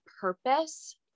purpose